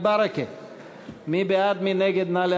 אני קובע כי גם הצעת רע"ם-תע"ל-מד"ע לא